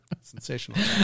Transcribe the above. sensational